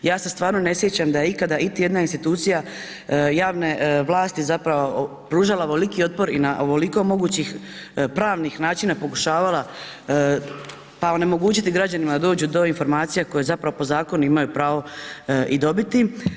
Ja se stvarno ne sjećam da je ikada iti jedna institucija javne vlasti zapravo pružala ovoliki otpor i na ovoliko mogućih pravnih načina pokušavala pa onemogućiti građanima da dođu do informacija koje zapravo po zakonu imaju pravo i dobiti.